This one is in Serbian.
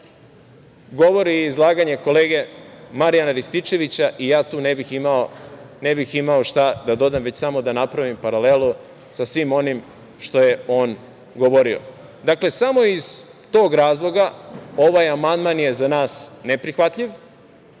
želim vam dobro zdravlje, i ja tu ne bih imao šta da dodam, već samo da napravim paralelu sa svim onim što je on govorio. Dakle, samo iz tog razloga ovaj amandman je za nas neprihvatljiv,